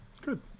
Good